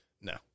no